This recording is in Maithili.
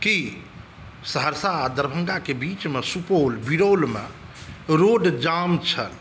की सहरसा आओर दरभङ्गाकेँ बीच सुपौल बिरौलमे रोड जाम छल